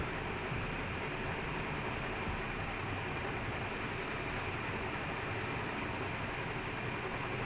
and it's twenty five but it's just twenty five dollars so I have a feeling tamil part is easier to earn money lah